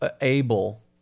able